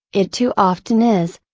it too often is,